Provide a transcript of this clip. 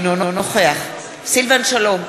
אינו נוכח סילבן שלום,